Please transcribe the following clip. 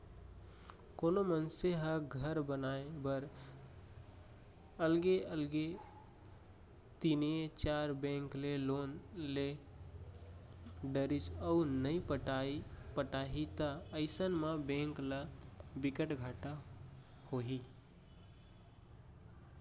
कोनो मनसे ह घर बनाए बर अलगे अलगे तीनए चार बेंक ले लोन ले डरिस अउ नइ पटाही त अइसन म बेंक ल बिकट घाटा होही